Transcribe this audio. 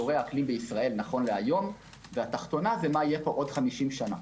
אזורי האקלים בישראל נכון להיום והתחתונה היא מה יהיה פה עוד 50 שנה.